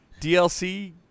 DLC